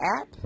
app